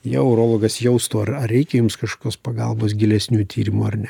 jau urologas jaustų ar ar reikia jums kažkokios pagalbos gilesnių tyrimų ar ne